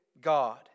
God